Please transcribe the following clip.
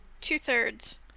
Two-thirds